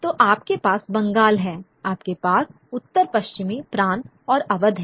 तो आपके पास बंगाल है आपके पास उत्तर पश्चिमी प्रांत और अवध हैं